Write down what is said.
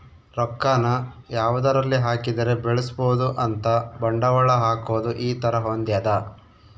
ರೊಕ್ಕ ನ ಯಾವದರಲ್ಲಿ ಹಾಕಿದರೆ ಬೆಳ್ಸ್ಬೊದು ಅಂತ ಬಂಡವಾಳ ಹಾಕೋದು ಈ ತರ ಹೊಂದ್ಯದ